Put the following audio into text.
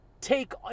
take